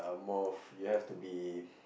more you have to be